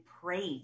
praise